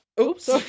Oops